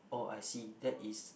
oh I see that is